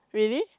really